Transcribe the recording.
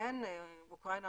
אוקראינה,